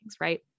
right